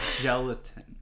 gelatin